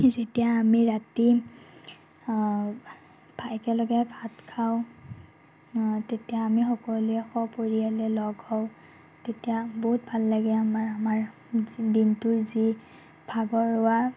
যেতিয়া আমি ৰাতি একেলগে ভাত খাওঁ অঁ তেতিয়া আমি সকলোৱে সপৰিয়ালে লগ হওঁ তেতিয়া বহুত ভাল লাগে আমাৰ আমাৰ দিনটোৰ যি ভাগৰুৱা